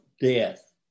death